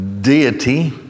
deity